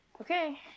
Okay